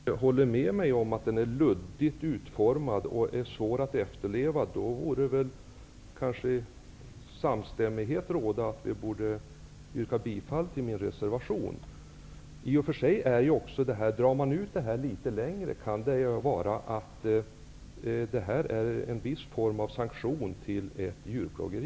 Herr talman! Om Carl G Nilsson håller med om att lagen är luddigt utformad och svår att efterleva, borde samstämmighet råda om ett bifall till min reservation. I förlängningen kan detta innebära en form av sanktion av djurplågeri.